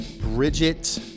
bridget